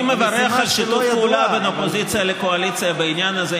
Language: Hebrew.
אני מברך על שיתוף פעולה בין האופוזיציה לקואליציה בעניין הזה.